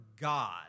God